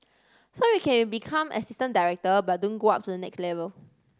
so you can become assistant director but don't go up to the next level